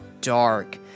dark